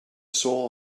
soul